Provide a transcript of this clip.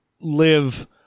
live